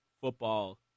football